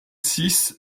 six